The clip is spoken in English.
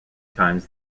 times